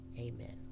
Amen